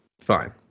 Fine